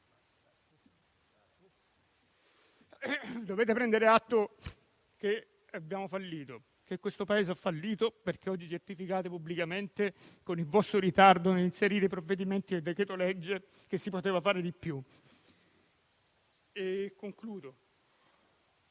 dovete prendere atto che abbiamo fallito, che questo Paese ha fallito, perché oggi certificate pubblicamente, con il vostro ritardo nell'inserire i provvedimenti nel decreto-legge, che si poteva fare di più. Concludo